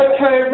Okay